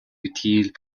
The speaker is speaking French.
outils